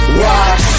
watch